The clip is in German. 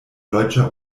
deutsche